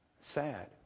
Sad